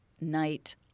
night